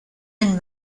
and